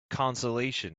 consolation